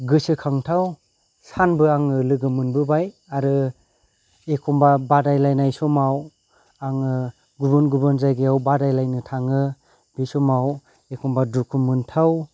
गोसोखांथाव सानबो आङो लोगोमोनबोबाय आरो एखनबा बादायलायनाय समाव आङो गुबुन गुबुन जायगायाव बादायलायनो थाङो बे समाव एखनबा दुखु मोनथाव